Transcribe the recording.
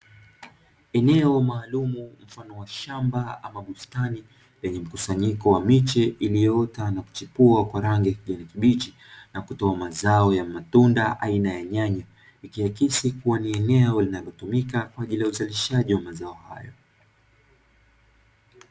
Eneo maalumu mfano wa shamba ama bustani yenye mkusanyiko wa miche iliyoota na kuchipua kwa rangi ya kijani kibichi, na kutoa mazao ya matunda aina ya nyanya, ikiakisa kuwa ni eneo linalotumika kwa ajili ya uzalishaji wa mazao hayo.